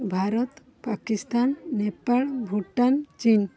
Bharat Pakistan Nepal Bhutan Chin